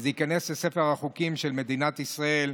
וייכנס לספר החוקים של מדינת ישראל,